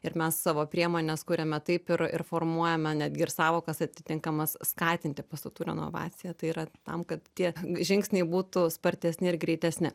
ir mes savo priemones kuriame taip ir ir formuojame netgi ir sąvokas atitinkamas skatinti pastatų renovaciją tai yra tam kad tie žingsniai būtų spartesni ir greitesni